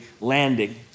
landing